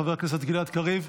חבר הכנסת גלעד קריב,